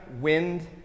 wind